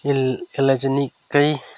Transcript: L यसलाई चाहिँ निक्कै